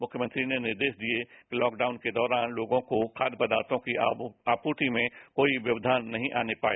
मुख्यमंत्री ने निर्देश दिए कि लॉक डाउन के दौरान लोगों को खाद्य पदार्थों की आपूर्ति में कोई व्यवघान नहीं आने पाए